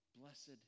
Blessed